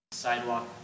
sidewalk